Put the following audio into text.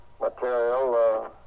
material